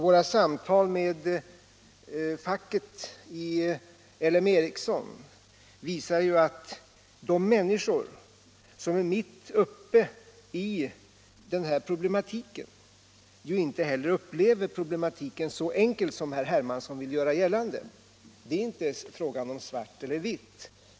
Våra samtal med representanter för facket i LM Ericsson visar att de människor som är mitt uppe i den här problematiken inte heller upplever den som så enkel som herr Hermansson vill göra gällande. Det är inte fråga om svart eller vitt.